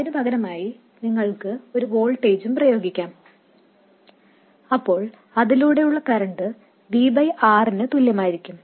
അതിനുപകരമായി നിങ്ങൾക്ക് ഒരു വോൾട്ടേജും പ്രയോഗിക്കാം അപ്പോൾ അതിലൂടെയുള്ള കറൻറ് V R ന് തുല്യമായിരിക്കും